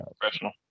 professional